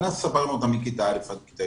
אנחנו ספרנו אותם מכיתה א' עד כיתה